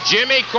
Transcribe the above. Jimmy